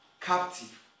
Captive